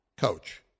coach